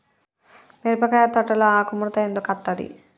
మిరపకాయ తోటలో ఆకు ముడత ఎందుకు అత్తది?